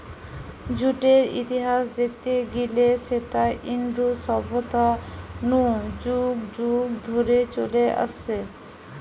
জুটের ইতিহাস দেখতে গিলে সেটা ইন্দু সভ্যতা নু যুগ যুগ ধরে চলে আসছে